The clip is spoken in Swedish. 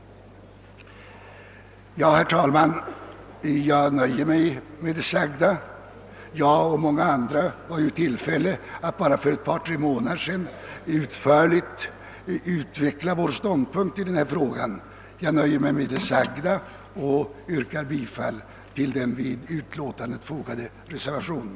Herr talman! Jag nöjer mig med det anförda. Jag och många andra var ju i tillfälle att bara för några månader sedan utförligt utveckla vår ståndpunkt i denna fråga. Jag yrkar bifall till den vid utlåtandet fogade reservationen.